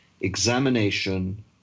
examination